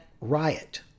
riot